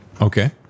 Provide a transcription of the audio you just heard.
Okay